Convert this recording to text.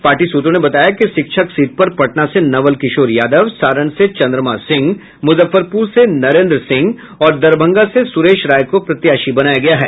party सूत्रों ने बताया कि शिक्षक सीट पर पटना से नवल किशोर यादव सारण से चंद्रमा सिंह मुजफ्फरपुर से नरेंद्र सिंह और दरभंगा से सुरेश राय को प्रत्याशी बनाया गया है